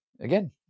Again